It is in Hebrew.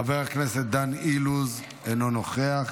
חבר הכנסת דן אילוז, אינו נוכח.